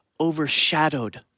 overshadowed